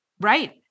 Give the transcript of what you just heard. Right